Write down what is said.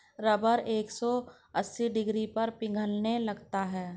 rubber एक सौ अस्सी डिग्री पर पिघलने लगता है